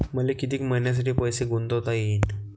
मले कितीक मईन्यासाठी पैसे गुंतवता येईन?